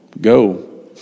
go